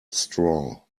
straw